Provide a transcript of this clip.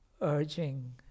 urging